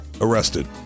arrested